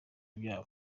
byabo